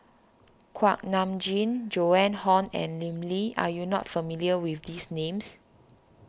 Kuak Nam Jin Joan Hon and Lim Lee are you not familiar with these names